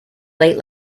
late